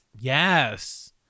yes